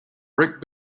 brick